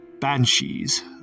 banshees